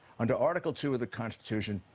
under article two of the constitution,